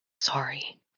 Sorry